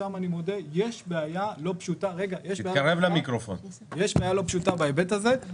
שם אני מודה יש בעיה לא פשוטה בהיבט הזה,